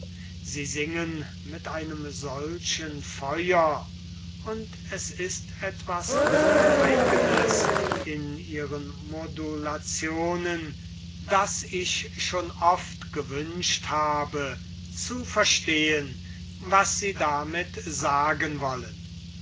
sie singen mit einem solchen feuer und es ist etwas so wollüstiges in ihren modulationen daß ich schon oft gewünscht habe zu verstehen was sie damit sagen wollen